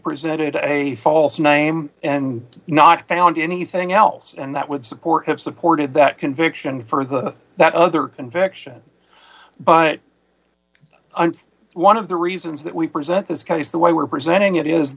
presented a false name and not found anything else and that would support have supported that conviction for the that other conviction but and one of the reasons that we present this case the way we're presenting it is